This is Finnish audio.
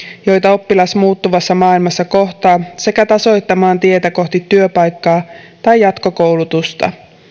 joita oppilas muuttuvassa maailmassa kohtaa sekä tasoittamaan tietä kohti työpaikkaa tai jatkokoulutusta